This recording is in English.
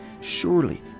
Surely